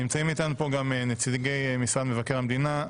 נמצאים איתנו כאן גם נציגי משרד מבקר המדינה,